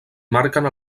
marquen